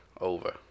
over